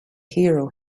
hero